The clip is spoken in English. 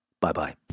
Bye-bye